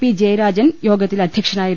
P Jayarajan യോഗത്തിൽ അധ്യക്ഷനായിരുന്നു